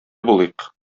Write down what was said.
булыйк